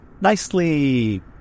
nicely